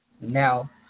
now